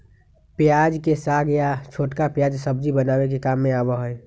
प्याज के साग या छोटका प्याज सब्जी बनावे के काम आवा हई